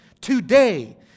today